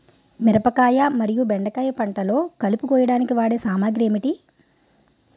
మిరపకాయ మరియు బెండకాయ పంటలో కలుపు కోయడానికి వాడే సామాగ్రి ఏమిటి?